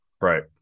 Right